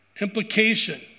implication